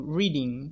reading